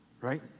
right